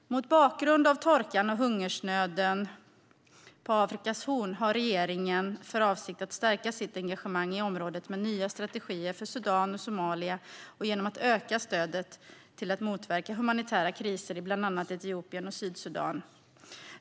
Mot bakgrund av torkan och hungersnöden på Afrikas horn har regeringen för avsikt att stärka sitt engagemang i området med nya strategier för Sudan och Somalia och genom att öka stödet till att motverka humanitära kriser i bland annat Etiopien och Sydsudan.